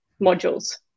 Modules